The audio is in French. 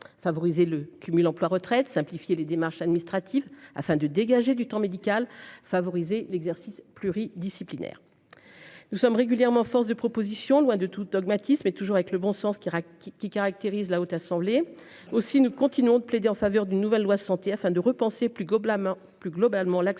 favoriser le cumul emploi-retraite, simplifier les démarches administratives afin de dégager du temps médical favoriser l'exercice pluri-disciplinaire. Nous sommes régulièrement force de proposition loin de tout dogmatisme est toujours avec le bon sens qui aura qui qui caractérise la Haute assemblée aussi nous continuons de plaider en faveur d'une nouvelle loi santé afin de repenser plus main plus globalement l'accès